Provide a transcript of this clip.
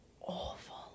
awful